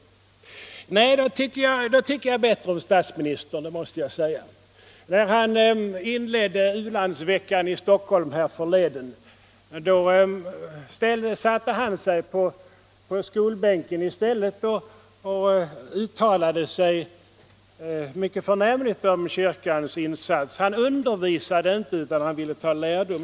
Nej, då tycker jag bättre om statsministern — det måste jag säga. När han härförleden inledde u-landsveckan i Stockholm satte han sig på skolbänken. Han undervisade inte utan ville ta lärdom. Han gjorde vid det tillfället ett mycket förnämligt uttalande om kyrkans insats.